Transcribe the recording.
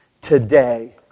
today